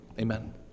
Amen